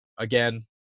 Again